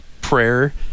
Prayer